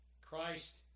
Christ